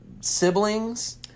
siblings